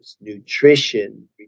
nutrition